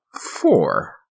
four